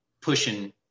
pushing